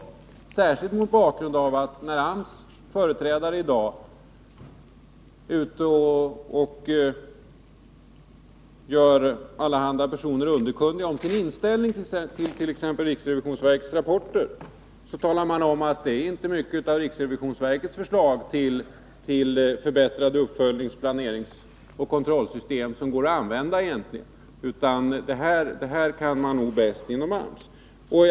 Det gäller särskilt mot bakgrund av att AMS företrädare är ute och gör dem som vill lyssna underkunniga om sin inställning till t.ex. riksrevisionsverkets rapporter och då talar om att det inte är mycket av riksrevisionsverkets förslag till förbättring av uppföljnings-, planeringsoch kontrollsystem som egentligen går att använda, utan att man nog bäst kan detta inom AMS.